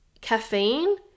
caffeine